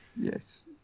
yes